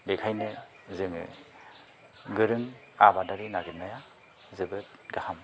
बेखायनो जोङो गोरों आबादारि नागेरनाया जोबोद गाहाम